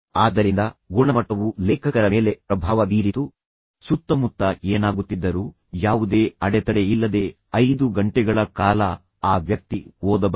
ಆದ್ದರಿಂದ ಗುಣಮಟ್ಟವು ಲೇಖಕರ ಮೇಲೆ ಪ್ರಭಾವ ಬೀರಿತು ಸುತ್ತಮುತ್ತ ಏನಾಗುತ್ತಿದ್ದರು ಯಾವುದೇ ಅಡೆತಡೆಯಿಲ್ಲದೆ 5 ಗಂಟೆಗಳ ಕಾಲ ಆ ವ್ಯಕ್ತಿ ಓದಬಲ್ಲ